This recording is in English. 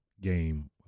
Game